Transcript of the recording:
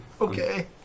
Okay